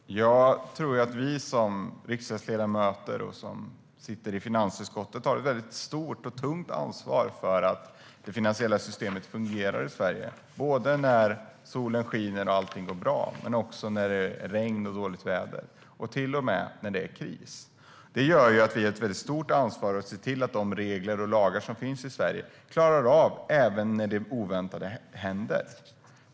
Herr talman! Jag tror att vi riksdagsledamöter i finansutskottet har ett väldigt stort och tungt ansvar för att det finansiella systemet fungerar i Sverige, både när solen skiner och allt går bra och också när det är regn och dåligt väder, ja, till och med när det är kris. Detta gör att vi har ett väldigt stort ansvar att se till att de regler och lagar som finns i Sverige klarar av även det oväntade.